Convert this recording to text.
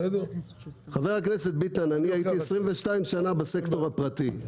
חבר הכנסת ביטן, אני הייתי 22 שנה בסקטור הפרטי.